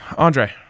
Andre